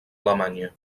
alemanya